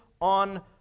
on